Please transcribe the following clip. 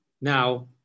Now